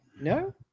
no